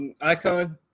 icon